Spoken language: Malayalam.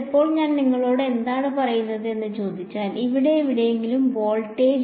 ഇപ്പോൾ ഞാൻ നിങ്ങളോട് എന്താണ് പറയുക എന്ന് ചോദിച്ചാൽ ഇവിടെ എവിടെയെങ്കിലും വോൾട്ടേജ്